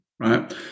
Right